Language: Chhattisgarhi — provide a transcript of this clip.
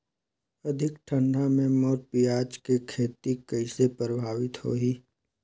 अधिक ठंडा मे मोर पियाज के खेती कइसे प्रभावित होही?